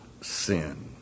sin